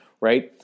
right